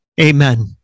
Amen